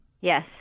Yes